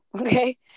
okay